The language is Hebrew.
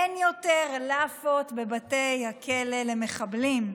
אין יותר לאפות בבתי הכלא למחבלים.